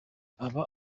aba